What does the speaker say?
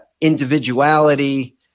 individuality